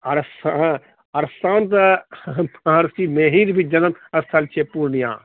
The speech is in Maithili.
आर हँ आर शान्त महर्षि मेहिर भी जनक स्थल छियै पूर्णिया